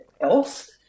else